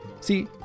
See